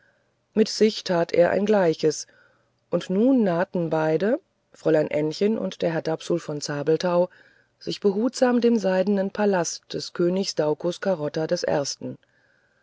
mit sich selbst tat er ein gleiches und nun nahten beide fräulein ännchen und der herr dapsul von zabelthau sich behutsam dem seidnen palast des königs daucus carota des ersten